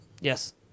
Yes